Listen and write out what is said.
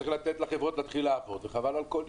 צריך לתת לחברות להתחיל לעבוד וחבל על כל יום.